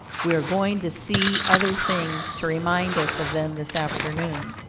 we are going to see other things to remind us of them this afternoon.